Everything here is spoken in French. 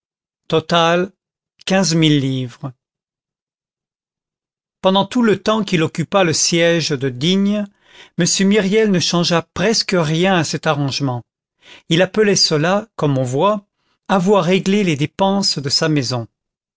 total quinze mille livres pendant tout le temps qu'il occupa le siège de digne m myriel ne changea presque rien à cet arrangement il appelait cela comme on voit avoir réglé les dépenses de sa maison